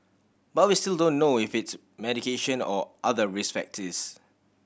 but we still don't know if it's medication or other risk factors